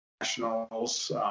nationals